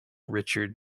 richard